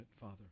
Father